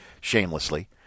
shamelessly